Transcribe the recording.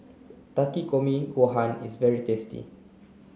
Takikomi Gohan is very tasty